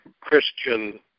Christian